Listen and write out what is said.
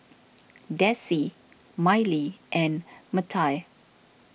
Dessie Mylee and Mattye